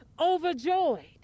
overjoyed